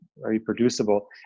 reproducible